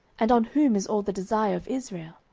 and on whom is all the desire of israel?